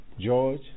George